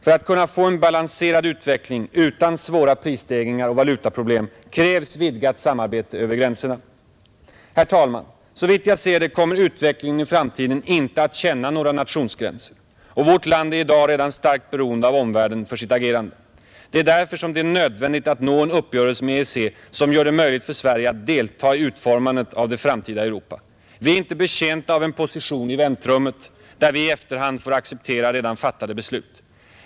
För att kunna få en balanserad utveckling — utan svåra prisstegringar och valutaproblem — krävs vidgat samarbete över gränserna. Herr talman! Såvitt jag ser det kommer utvecklingen i framtiden inte att känna några nationsgränser, och vårt land är redan i dag starkt beroende av omvärlden för sitt agerande. Det är därför som det är nödvändigt att nå en uppgörelse med EEC, som gör det möjligt för Sverige att delta i utformandet av det framtida Europa. Vi är inte betjänta av en position i väntrummet, där vi i efterhand får acceptera redan fattade beslut.